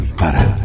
para